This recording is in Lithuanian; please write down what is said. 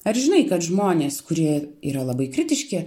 ar žinai kad žmonės kurie yra labai kritiški